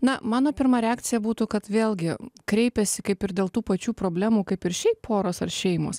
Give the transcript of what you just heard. na mano pirma reakcija būtų kad vėlgi kreipiasi kaip ir dėl tų pačių problemų kaip ir šiaip poros ar šeimos